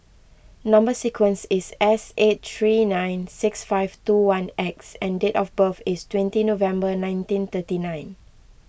Number Sequence is S eight three nine six five two one X and date of birth is twenty November nineteen thirty nine